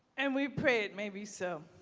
and we pray it may be so.